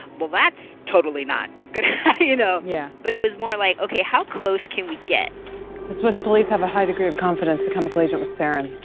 well, that's totally not going to you know? yeah but it was more like, ok, how close can we get? the swiss police have a high degree of confidence the chemical agent was sarin.